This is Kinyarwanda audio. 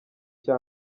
cya